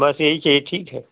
बस यही चाहिए ठीक है